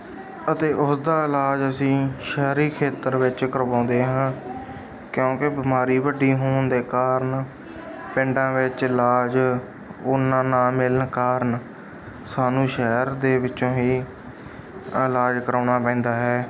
ਅਤੇ ਉਸਦਾ ਇਲਾਜ ਅਸੀਂ ਸ਼ਹਿਰੀ ਖੇਤਰ ਵਿੱਚ ਕਰਵਾਉਂਦੇ ਹਾਂ ਕਿਉਂਕਿ ਬਿਮਾਰੀ ਵੱਡੀ ਹੋਣ ਦੇ ਕਾਰਨ ਪਿੰਡਾਂ ਵਿੱਚ ਇਲਾਜ ਉੱਨਾਂ ਨਾ ਮਿਲਣ ਕਾਰਨ ਸਾਨੂੰ ਸ਼ਹਿਰ ਦੇ ਵਿੱਚੋਂ ਹੀ ਇਲਾਜ ਕਰਵਾਉਣਾ ਪੈਂਦਾ ਹੈ